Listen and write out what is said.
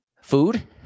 food